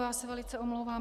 Já se velice omlouvám.